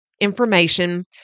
information